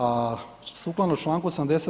A sukladno članku 80.